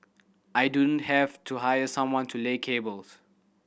I don't have to hire someone to lay cables